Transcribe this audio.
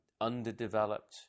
underdeveloped